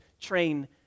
train